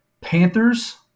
Panthers